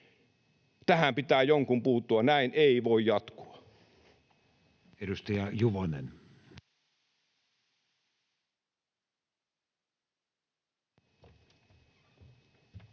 tähän pitää jonkun puuttua. Näin ei voi jatkua.